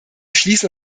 schließen